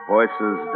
Voices